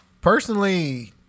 Personally